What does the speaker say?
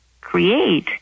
create